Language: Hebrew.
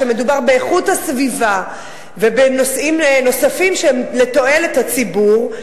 כשמדובר באיכות הסביבה ובנושאים נוספים שהם לתועלת הציבור,